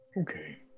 Okay